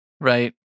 Right